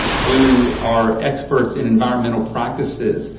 who are experts in environmental practices?